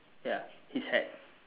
ya his hat